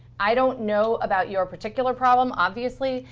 i don't know about your particular problem, obviously,